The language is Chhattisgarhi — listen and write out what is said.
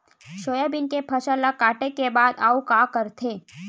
सोयाबीन के फसल ल काटे के बाद आऊ का करथे?